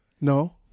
No